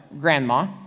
grandma